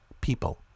People